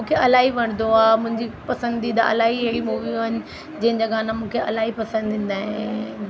मूंखे इलाही वणदो आहे मुंहिंजी पसंदीदा इलाही अहिड़ियूं मूवियूं आहिनि जंहिंजा गाना मूंखे इलाही पसंदि ईंदा आहिनि